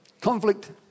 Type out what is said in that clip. conflict